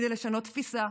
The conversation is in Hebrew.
כדי לשנות תפיסה,